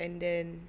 and then